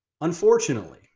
Unfortunately